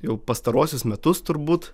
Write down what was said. jau pastaruosius metus turbūt